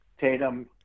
Tatum